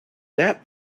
that